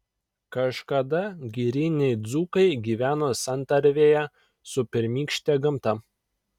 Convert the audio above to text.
kažkada giriniai dzūkai gyveno santarvėje su pirmykšte gamta